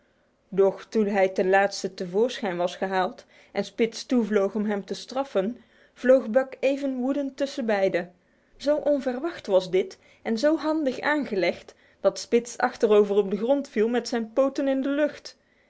doch toen hij ten laatste te voorschijn was gehaald en spitz toevloog om hem te straffen vloog buck even woedend tussenbeide zo onverwacht was dit en zo handig aangelegd dat pitz achterover op de grond viel met zijn poten in de lucht